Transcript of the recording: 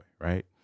right